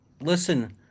Listen